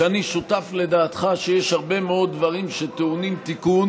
שאני שותף לדעתך שיש הרבה מאוד דברים שטעונים תיקון